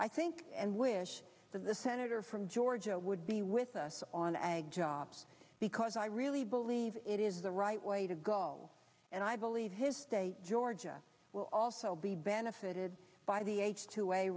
i think and wish that the senator from georgia would be with us on a job because i really believe it is the right way to go and i believe his state georgia will also be benefited by the h two a